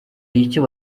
icyo